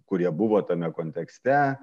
kurie buvo tame kontekste